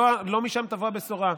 לא משם תבוא הבשורה.